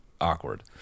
awkward